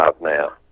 now